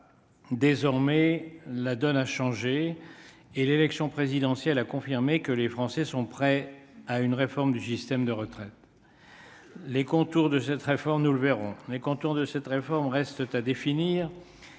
désormais, la donne a changé et l'élection présidentielle, a confirmé que les Français sont prêts à une réforme du système de retraite, les contours de cette réforme, nous le verrons les contours de cette réforme reste à définir,